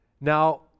Now